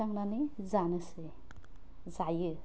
थिखांनानै जानोसै जायो